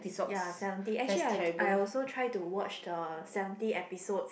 ya seventy actually I I also try to watch the seventy episodes